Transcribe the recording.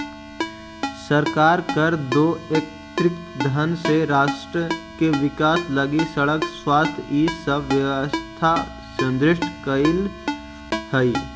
सरकार कर दो एकत्रित धन से राष्ट्र के विकास लगी सड़क स्वास्थ्य इ सब व्यवस्था सुदृढ़ करीइत हई